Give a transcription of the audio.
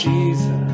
Jesus